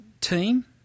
team